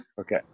Okay